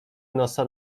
nosa